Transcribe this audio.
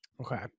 okay